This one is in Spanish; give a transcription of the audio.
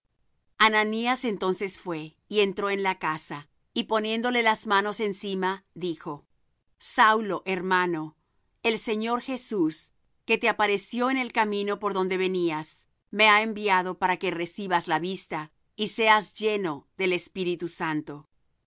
nombre ananías entonces fué y entró en la casa y poniéndole las manos encima dijo saulo hermano el señor jesús que te apareció en el camino por donde venías me ha enviado para que recibas la vista y seas lleno de espíritu santo